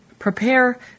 Prepare